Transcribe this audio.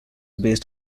based